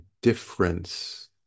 difference